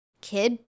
kid